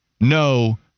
No